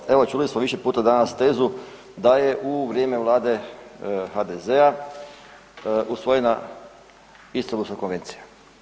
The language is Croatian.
Ovaj, evo čuli smo više puta danas tezu da je u vrijeme vlade HDZ-a usvojena Istambulska konvencija.